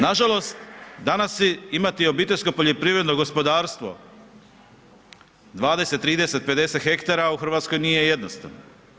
Nažalost, danas imati obiteljsko poljoprivredno gospodarstvo, 20, 30, 50 hektara u RH nije jednostavno.